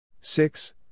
Six